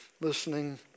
listening